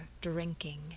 drinking